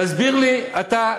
תסביר לי אתה,